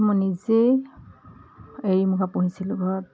মই নিজেই এৰী মুগা পুহিছিলোঁ ঘৰত